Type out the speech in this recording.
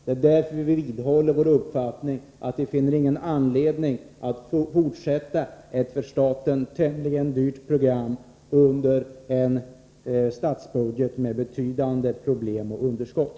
Det är därför vi vidhåller vår uppfattning, att det inte finns någon anledning att fortsätta ett för staten tämligen dyrt program i ett budgetläge med betydande problem och underskott.